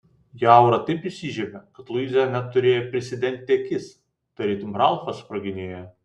jo aura taip įsižiebė kad luiza net turėjo prisidengti akis tarytum ralfas sproginėjo